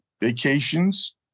vacations